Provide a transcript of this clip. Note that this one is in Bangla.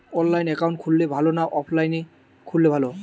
অনলাইনে একাউন্ট খুললে ভালো না অফলাইনে খুললে ভালো?